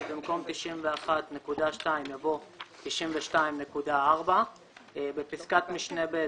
ובמקום "91.2%" בא "92.4%"; בפסקת משנה (ב),